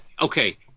okay